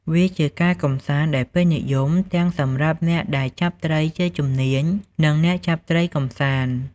វាជាការកម្សាន្តដែលពេញនិយមទាំងសម្រាប់អ្នកដែលចាប់ត្រីជាជំនាញ និងអ្នកចាប់ត្រីកម្សាន្ត។